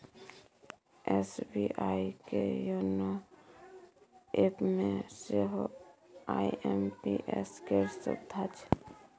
SBI के YONO एपमे सेहो आई.एम.पी.एस केर सुविधा छै